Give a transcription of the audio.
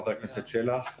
חבר הכנסת שלח,